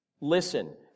listen